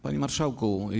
Panie Marszałku!